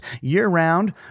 year-round